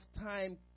time